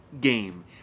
game